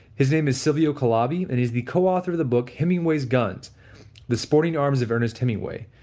his name is silvio calabi and he's the co-author of the book hemingway's guns the sporting arms of ernest hemingway